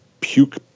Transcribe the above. puke